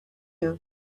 you